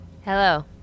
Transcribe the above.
Hello